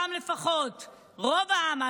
לפחות ברוב העם, רוב העם.